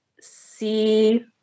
see